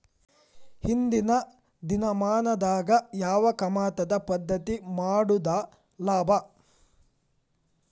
ಇಂದಿನ ದಿನಮಾನದಾಗ ಯಾವ ಕಮತದ ಪದ್ಧತಿ ಮಾಡುದ ಲಾಭ?